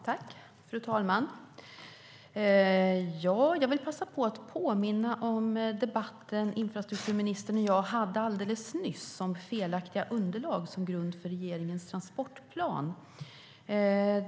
Fru talman! Jag vill passa på att påminna om debatten som infrastrukturministern och jag hade alldeles nyss om felaktiga underlag som grund för regeringens transportplan.